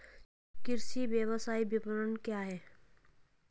कृषि व्यवसाय विपणन क्या है?